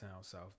south